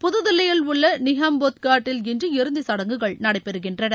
புதுதில்லியில் உள்ள நிகம்போத் காட் ல் இன்று இறுதிச்சடங்குகள் நடைபெறுகின்றன